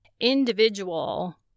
individual